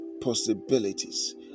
possibilities